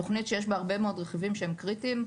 תוכנית שיש בה הרבה מאוד רכיבים שהם קריטיים.